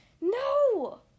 no